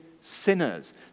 sinners